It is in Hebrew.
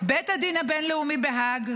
בית הדין הבין-לאומי בהאג,